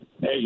Hey